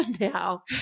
now